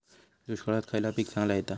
दुष्काळात खयला पीक चांगला येता?